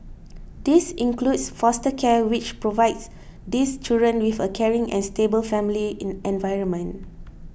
this includes foster care which provides these children with a caring and stable family in environment